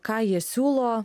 ką jie siūlo